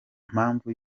mpamvu